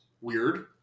Weird